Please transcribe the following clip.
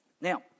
Now